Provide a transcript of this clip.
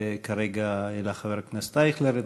שכרגע העלה חבר כנסת אייכלר.